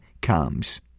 Comes